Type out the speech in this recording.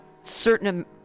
certain